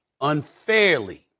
unfairly